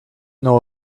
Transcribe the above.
know